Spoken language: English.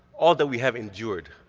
all that we have endured,